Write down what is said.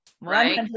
Right